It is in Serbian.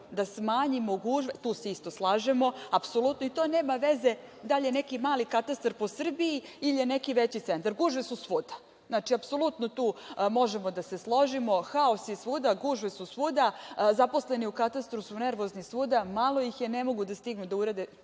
da smanjimo gužve. Tu se isto slažemo, apsolutno, i tu nema veze da li je neki mali Katastar po Srbiji ili je neki veći centar. Gužve su svuda. Znači, apsolutno tu možemo da se složimo, haos je svuda, gužve su svuda, zaposleni u Katastru su nervozni svuda, malo ih je, ne mogu da stignu da urade.